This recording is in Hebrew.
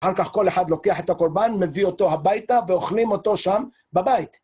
אחר-כך כל אחד לוקח את הקורבן, מביא אותו הביתה, ואוכלים אותו שם בבית.